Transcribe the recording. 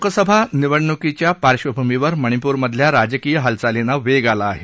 लोकसभा निवडणुकीच्या पार्श्वभूमीवर मणिपूरमधल्या राजकीय हालचालींना वेग आला आहे